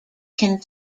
can